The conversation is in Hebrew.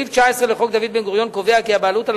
סעיף 19 לחוק דוד בן-גוריון קובע כי הבעלות על